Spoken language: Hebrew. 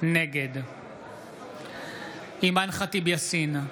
נגד אימאן ח'טיב יאסין,